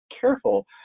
careful